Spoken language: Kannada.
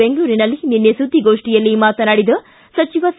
ಬೆಂಗಳೂರಿನಲ್ಲಿ ನಿನ್ನೆ ಸುದ್ದಿಗೋಷ್ಠಿಯಲ್ಲಿ ಮಾತನಾಡಿದ ಸಚಿವ ಸಿ